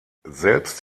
selbst